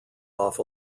off